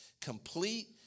complete